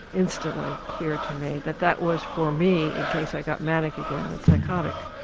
instantly clear to me that that was for me in case i got manic again and psychotic.